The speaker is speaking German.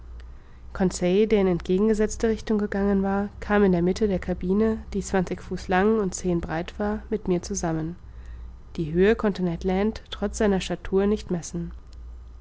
der in entgegengesetzte richtung gegangen war kam in der mitte der cabine die zwanzig fuß lang und zehn breit war mit mir zusammen die höhe konnte ned land trotz seiner statur nicht messen